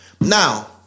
Now